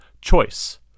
choice